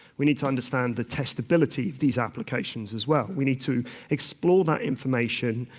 we need to understand the testability of these applications as well. we need to explore that information,